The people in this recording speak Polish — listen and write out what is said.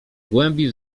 głębi